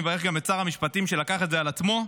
אני מברך גם את שר המשפטים שלקח זה על עצמו.